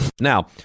Now